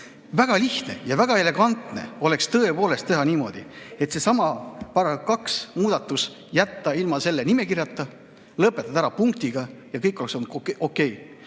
Väga lihtne ja väga elegantne oleks tõepoolest teha niimoodi, et seesama § 2 muudatus jätta ilma selle nimekirjata, lõpetada ära punktiga ja kõik oleks okei.